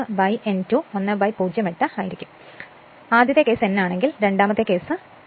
8 ആയിരിക്കും ഞാൻ ഉദ്ദേശിക്കുന്നത് ഇത് ഇതുപോലെയാണ് ആദ്യത്തെ കേസ് n ആണെങ്കിൽ രണ്ടാമത്തെ കേസ് അത് 0